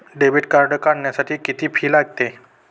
Debit card काढण्यासाठी किती fee लागते?